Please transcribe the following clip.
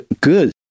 good